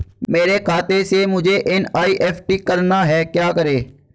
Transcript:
मेरे खाते से मुझे एन.ई.एफ.टी करना है क्या करें?